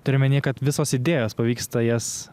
turi omeny kad visos idėjos pavyksta jas